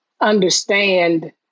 understand